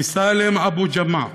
מסאלם אבו ג'אמע,